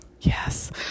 Yes